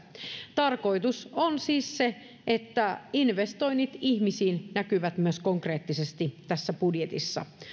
tarkoitus on siis se että investoinnit ihmisiin näkyvät myös konkreettisesti tässä budjetissa